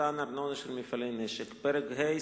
(ארנונה של מפעלי נשק); פרק ה',